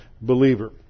believer